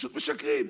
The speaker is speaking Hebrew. פשוט משקרים.